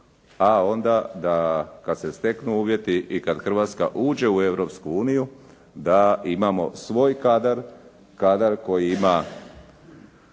a onda kada se steknu uvjeti i kada Hrvatska uđe u Europsku uniju da imamo svoj kadar, kadar koji ima